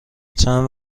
چند